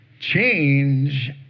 Change